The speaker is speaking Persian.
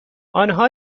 آنها